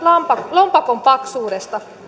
lompakon paksuudesta